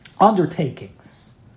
undertakings